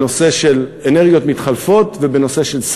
בנושא של אנרגיות מתחלפות ובנושא של סייבר.